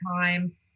time